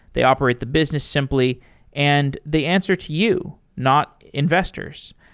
they operate the business simply and they answer to you, not investors.